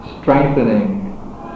strengthening